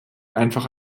einfach